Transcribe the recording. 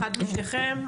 בבקשה,